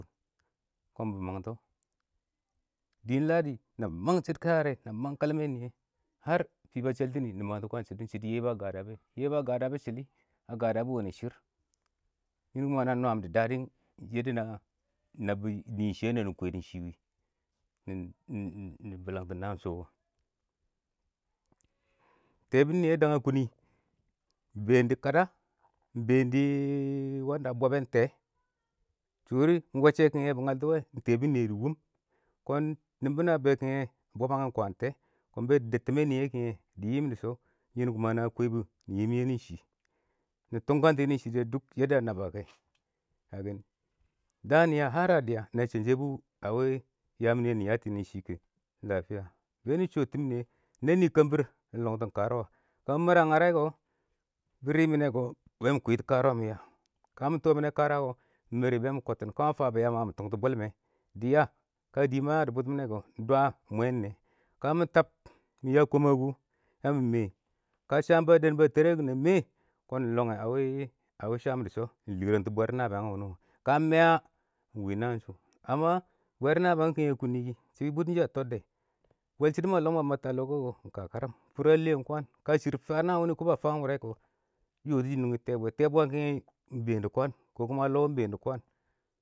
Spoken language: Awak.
﻿kɔn bɪ mangtɔ, dɪn ladi na mang shɪdɔ share, na mang kalmɛn nɪyɛ har fɪ sheltɪn, shɪdɔ yebu a wanɪ shɪrr, nɪn ma na nwan nɪman nɪɪn shɪyɛ nanɪ kwɛdʊ ɪng shɪ wɪ, nɪ bɪlangtɔ naan shɔ wɔ. Tɛɛbʊn nɪyɛ a kʊnnɪ, ɪng been dɪ kada, ɪng been dɪ wɔnda bɔbɛn ɪng tɛ shɔrɪ wʊccɛ mkɪngɛ bɪ ngaltɔ wɛ, ɪng tɛbʊn nɪyɛ, dɪ wʊm kɔn nɪmbɪ nɪ a bɛ kɪngɛ wɛ bɔbbang kwaan tɛɛ, kɔn bɛ dəb tɪmɛn nɪyɛ kɪngnɛ dɪ yɪm yɛ nɪ shɪ,nɪ tʊngkangto, yɛ shɪ dʊ yadda a naba kɛ kagani daan na nɪya na shɛnshɛ bu yanɪ yɛ nɪ yatɔ yaam diin yɛ shɪ kɪ ɪng lafɪya, bɛnɪ shɔtʊ tɪm kembɪr, ka lam bɪ lamɛ a ngare, kɔ, ba rɪmɪnɪ kɔ bɛ mɪ kwɪtɔ karʊwa mɪ mwɛ bɛ mɪkɔttɪ, ka ma fa bʊ yaam kɔ, mɪ tɔngtɔ bwɛl mɛ dɪ ya ka dɪ ma ya dɪ bʊtʊm mɪna kʊ, ɪng dwa mwɛ ɪng nɛ, kaa mɪ tab mɪ ya kɔmɛ kʊ, ya mɪ mɛ wɪ, ka sham a dɛbʊ a tɛɛr bʊ, na mɛ nɪ lɔngɛ a wɪ sham dɪ shɔ, mɪ lɪrengtʊ bwɛbɪr nabɪyang wʊ nɔ ka ɪng mɛɛ naan shʊ amma bwɛbɪr nabɪyang kɪngɛ a kʊnnɪ kɪ, shɪ bʊtʊn shɪye a tɔddɛ bwɛl shɪdɔ ma tab ma yɔ ta lɔ wɛ, a kakaram fʊr a lɛm kwaan, ka shɪ fa naan nangshɪ kɔ dɪ yɔtɪshɪ nungɪ Tɛɛ bwɛ, Tɛɛ bwɛ ɪng been dɪ kokuma lɔ ɪng been dɪ kwaan.